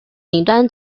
顶端